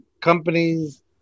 companies